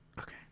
Okay